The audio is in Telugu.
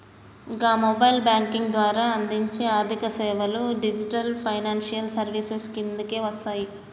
గా మొబైల్ బ్యేంకింగ్ ద్వారా అందించే ఆర్థికసేవలు డిజిటల్ ఫైనాన్షియల్ సర్వీసెస్ కిందకే వస్తయి